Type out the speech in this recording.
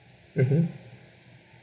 mmhmm